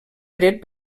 dret